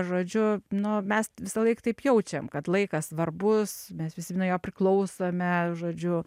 žodžiu nu mes visąlaik taip jaučiam kad laikas svarbus mes visi nuo jo priklausome žodžiu